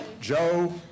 Joe